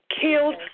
killed